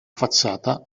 facciata